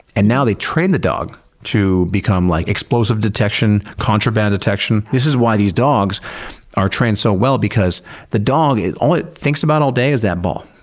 and now they train the dog to become like explosive detection, contraband detection. this is why these dogs are trained so well because the dog, all it thinks about all day is that ball.